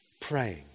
praying